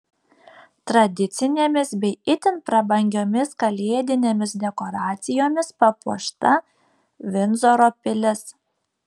tradicinėmis bei itin prabangiomis kalėdinėmis dekoracijomis papuošta vindzoro pilis